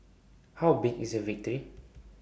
how big is the victory